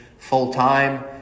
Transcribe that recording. full-time